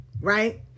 right